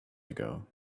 ago